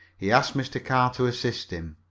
he asked mr. carr to assist him.